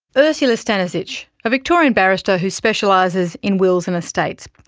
ursula stanisich, a victorian barrister who specialises in wills and estates.